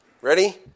Ready